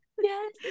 Yes